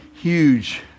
huge